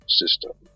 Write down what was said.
system